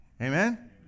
Amen